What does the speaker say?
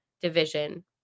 division